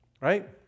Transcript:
Right